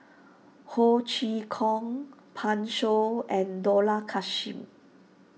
Ho Chee Kong Pan Shou and Dollah Kassim